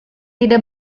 tidak